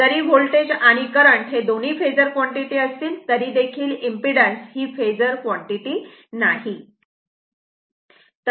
जरी व्होल्टेज आणि करंट दोन्ही फेजर कॉन्टिटी असतील तरीदेखील इम्पीडन्स Z फेजर कॉन्टिटी नाही